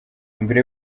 imbere